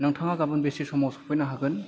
नोंथाङा गाबोन बेसे समाव सफैनो हागोन